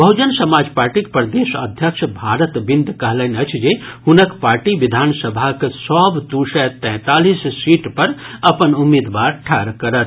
बहुजन समाज पार्टीक प्रदेश अध्यक्ष भारत बिंद कहलनि अछि जे हुनक पार्टी विधानसभाक सभ दू सय तैतालिस सीट पर अपन उम्मीदवार ठाढ़ करत